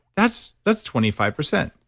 that's that's twenty five percent.